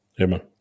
Amen